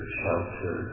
shelter